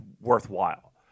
worthwhile